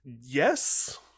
Yes